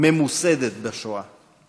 ממוסדת בשואה.